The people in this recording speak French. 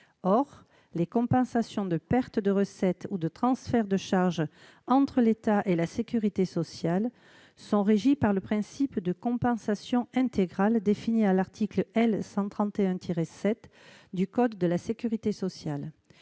Or les compensations de pertes de recettes ou de transferts de charges entre l'État et la sécurité sociale sont régies par le principe de « compensation intégrale », défini à l'article L. 131-7 du code de la sécurité sociale.